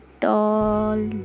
tall